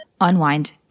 unwind